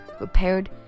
repaired